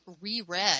reread